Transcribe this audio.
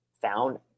found